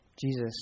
Jesus